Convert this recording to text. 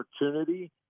opportunity